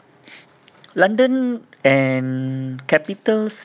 london and capitals